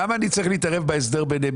למה אני צריך להתערב בהסדר ביניהם,